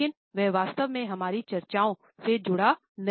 लेकिन यह वास्तव में हमारी चर्चाओं से जुड़ा नहीं है